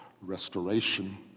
restoration